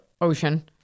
ocean